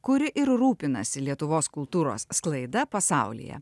kuri ir rūpinasi lietuvos kultūros sklaida pasaulyje